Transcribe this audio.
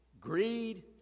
greed